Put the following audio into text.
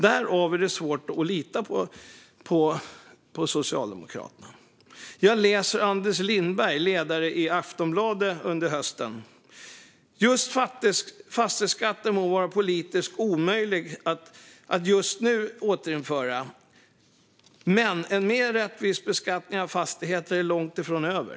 Därför är det svårt att lita på Socialdemokraterna. Jag läste i Anders Lindbergs ledare i Aftonbladet under hösten att "just fastighetsskatten må vara politiskt omöjlig just nu, men striden om en mer rättvis beskattning av fastigheter är långt ifrån över".